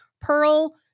Pearl